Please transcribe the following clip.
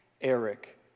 Eric